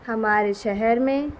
ہمارے شہر میں